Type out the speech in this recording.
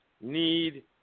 need